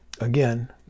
again